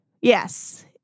Yes